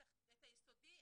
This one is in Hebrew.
את היסודי,